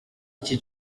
iki